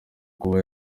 kuba